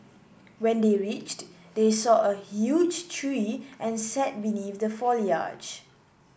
when they reached they saw a huge tree and sat beneath the foliage